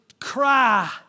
cry